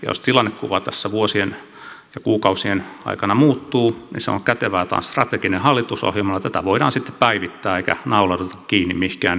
jos tilannekuva tässä vuosien ja kuukausien aikana muuttuu niin on kätevää kun tämä on strateginen hallitusohjelma eli tätä voidaan sitten päivittää eikä naulata kiinni mihinkään järjettömyyksiin